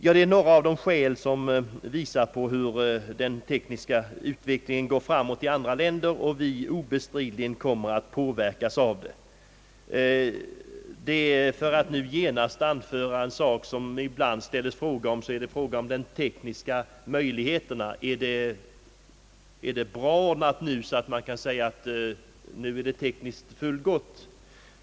Detta är några få exempel på hur den tekniska utvecklingen går framåt i andra länder och på hur vi oundvikligen påverkas härav. Det frågas ofta hur pass goda de tekniska möjligheterna är på detta område. Är dessa nu verkligen fullt tillfredsställande?